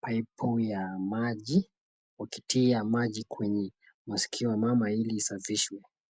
pipu ya maji, wakitia maji kwenye maskio ya mama ili isafishwe.